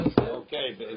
Okay